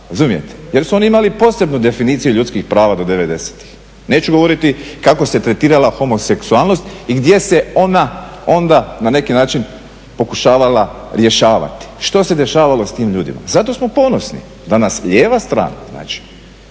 razumijete, jer su oni imali posebnu definiciju ljudskih prava do '90.-tih. Neću govoriti kako se tretirala homoseksualnost i gdje se ona onda na neki način pokušavala rješavati, što se dešavalo sa tim ljudima. Zato smo ponosni da nas lijeva strana znači,